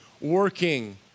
working